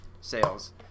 sales